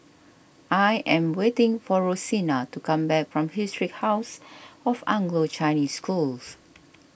I am waiting for Rosina to come back from Historic House of Anglo Chinese School